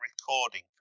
recording